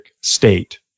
state